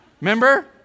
Remember